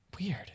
Weird